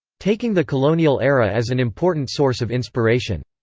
taking the colonial era as an important source of inspiration.